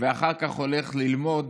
ואחר כך הולך ללמוד,